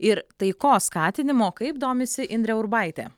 ir taikos skatinimo kaip domisi indrė urbaitė